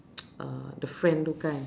uh the friend tu kan